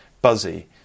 buzzy